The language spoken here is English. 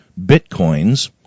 Bitcoins